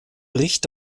bricht